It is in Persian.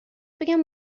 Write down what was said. بگم